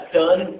done